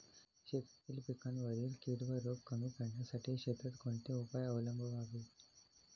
शेतातील पिकांवरील कीड व रोग कमी करण्यासाठी शेतात कोणते उपाय अवलंबावे?